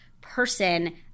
person